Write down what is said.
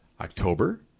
October